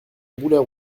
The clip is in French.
boulets